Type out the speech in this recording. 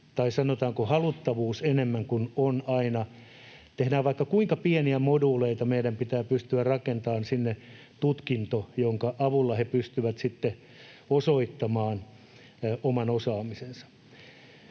tai, sanotaanko, -haluttavuus. Tehdään vaikka kuinka pieniä moduuleita, mutta meidän pitää pystyä rakentamaan sinne tutkinto, jonka avulla he pystyvät sitten osoittamaan oman osaamisensa.